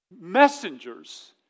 messengers